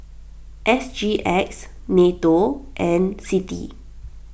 S G X Nato and Citi